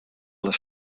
les